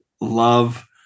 love